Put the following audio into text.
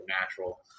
natural